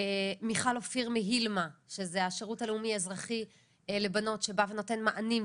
מיכל אופיר מהשירות הלאומי אזרחי לבנות שבא ונותן מענים,